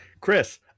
Chris